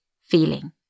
feeling